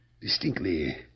Distinctly